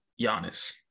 Giannis